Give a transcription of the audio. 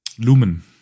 lumen